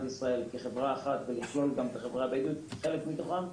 ישראל כחברה אחת ולכלול גם את החברה הבדואית כחלק מתוכם,